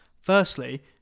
Firstly